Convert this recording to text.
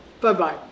Bye-bye